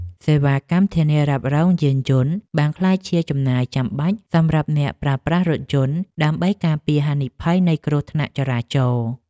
សេវាកម្មធានារ៉ាប់រងយានយន្តបានក្លាយជាចំណាយចាំបាច់សម្រាប់អ្នកប្រើប្រាស់រថយន្ត ដើម្បីការពារហានិភ័យនៃគ្រោះថ្នាក់ចរាចរណ៍។